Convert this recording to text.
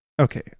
okay